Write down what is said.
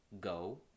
Go